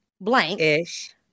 blank-ish